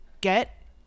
get